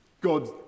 God